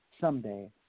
someday